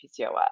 PCOS